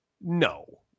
No